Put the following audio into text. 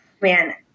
man